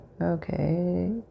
Okay